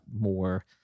more